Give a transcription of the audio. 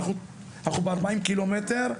אנחנו ב- 40 קילומטר,